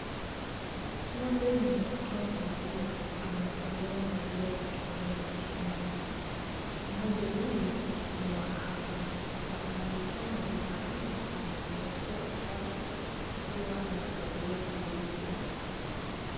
Ng'ombe mwenye kutoa maziwa, anatolewa maziwa kutumia mashine. Ng'ombe huyu ni wa afya na anayetoa maziwa haya, anazingatia usafi kwa kuwa amevalia glavu.